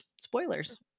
Spoilers